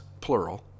plural